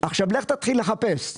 עכשיו לך תתחיל לחפש.